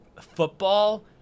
football